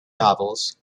novels